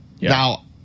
Now